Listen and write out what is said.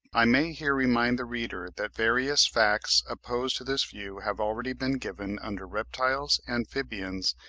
i may here remind the reader that various facts opposed to this view have already been given under reptiles, amphibians,